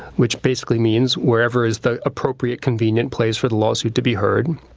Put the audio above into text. which basically means wherever is the appropriate convenient place for the lawsuit to be heard.